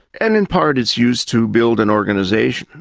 and in part it's used to build an organisation.